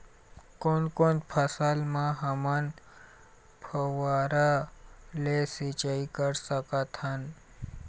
कोन कोन फसल म हमन फव्वारा ले सिचाई कर सकत हन?